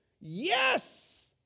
Yes